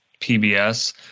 PBS